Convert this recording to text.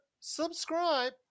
subscribe